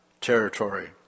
territory